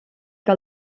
que